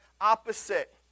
opposite